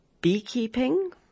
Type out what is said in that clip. beekeeping